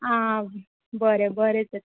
आ बरें बरें त